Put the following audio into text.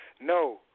No